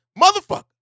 motherfucker